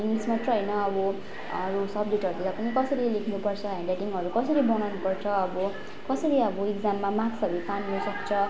English मात्र होइन अब अरू सब्जेक्टहरूतिर पनि कसरी लेख्नुपर्छ ह्यान्डराइटिङहरू कसरी बनाउनु पर्छ अब कसरी अब इक्जाममा माक्सहरू तान्नुसक्छ